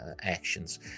actions